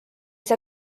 saa